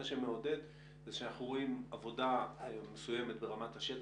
מה שמעודד זה שאנחנו רואים עבודה מסוימת ברמת השטח,